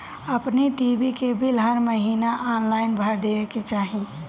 अपनी टी.वी के बिल हर महिना ऑनलाइन भर देवे के चाही